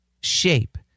shape